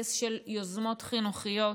טקס של יוזמות חינוכיות,